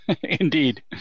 indeed